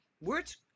words